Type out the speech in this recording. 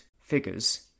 figures